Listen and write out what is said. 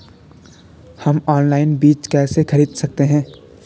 हम ऑनलाइन बीज कैसे खरीद सकते हैं?